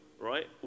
Right